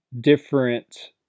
different